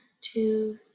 two